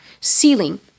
ceiling